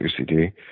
UCD